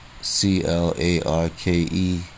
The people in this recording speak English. C-L-A-R-K-E